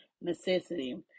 necessity